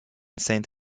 saint